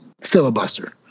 Filibuster